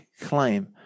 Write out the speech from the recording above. claim